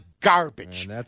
garbage